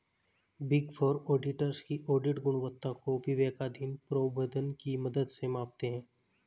big four auditors की audit गुणवत्ता को विवेकाधीन प्रोद्भवन की मदद से मापते हैं